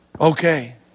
Okay